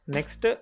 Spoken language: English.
Next